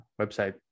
website